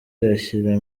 ashyira